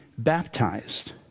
baptized